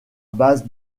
base